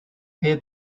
hear